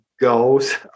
goes